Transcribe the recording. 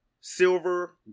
silver